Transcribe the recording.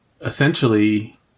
essentially